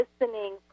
listening